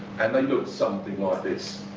and looked something like this.